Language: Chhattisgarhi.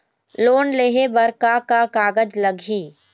लोन लेहे बर का का कागज लगही?